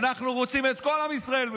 אנחנו רוצים את כל עם ישראל בפנים.